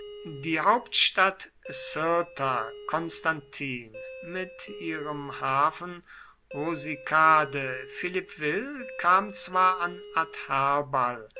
die hauptstadt cirta constantine mit ihrem hafen rusicade philippeville kam zwar an